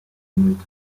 ähnelt